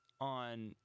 on